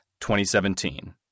2017